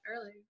early